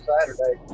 Saturday